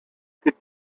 could